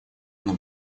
она